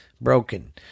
broken